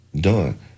done